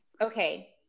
Okay